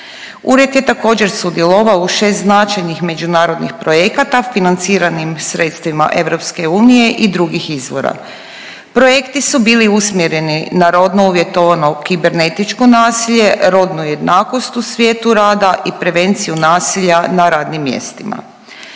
Ured je također sudjelovao u 6 značajnih međunarodnih projekata financiranim sredstvima EU i drugih izvora. Projekti su bili usmjereni na rodno uvjetovano kibernetičko nasilje, rodnu jednakost u svijetu rada i prevenciju nasilja na radnim mjestima.